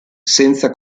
senza